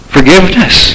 Forgiveness